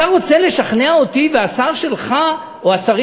אתה רוצה לשכנע אותי והשר שלך או השרים